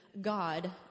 God